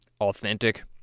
authentic